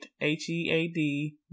h-e-a-d